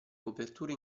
coperture